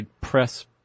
press